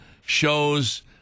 shows